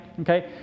Okay